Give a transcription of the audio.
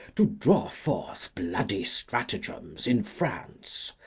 to draw forth bloody stratagems in france,